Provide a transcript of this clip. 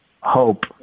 hope